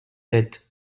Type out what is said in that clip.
tête